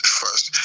first